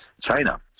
China